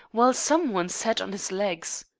while some one sat on his legs.